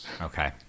okay